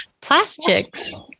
plastics